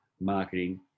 marketing